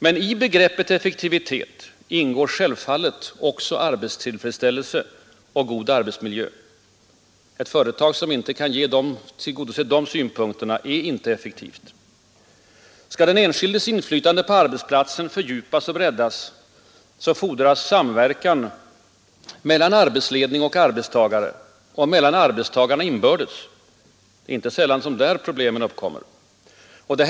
Men i begreppet effektivitet ingår självklart också arbetstillfredsställelse och god arbetsmiljö. Ett företag som inte kan tillgodose de synpunkterna är inte effektivt. Skall den enskildes inflytande på arbetsplatsen fördjupas och breddas, så krävs samverkan inte bara mellan arbetsledning och arbetstagare utan också mellan arbetstagarna inbördes. Det är inte sällan som problemet uppkommer just där.